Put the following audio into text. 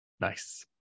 Nice